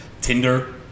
Tinder